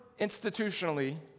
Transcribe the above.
institutionally